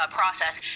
process